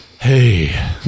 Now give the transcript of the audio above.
Hey